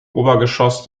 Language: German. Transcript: obergeschoss